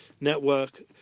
network